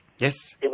Yes